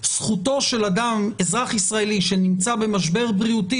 זכותו של אזרח ישראלי שנמצא במשבר בריאותי,